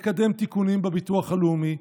לקדם תיקונים בביטוח הלאומי,